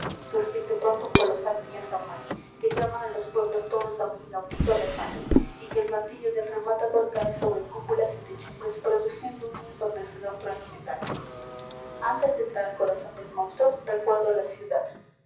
surgir de pronto un colosal tío samuel que llama a los pueblos todos a un inaudito remate y que el martillo del rematador cae sobre cúpulas y techumbres produciendo un ensordecedor trueno metálico antes de entrar al corazón del monstruo recuerdo la ciudad